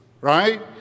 right